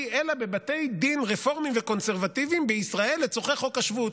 אלא בבתי דין רפורמיים וקונסרבטיביים בישראל לצורכי חוק השבות,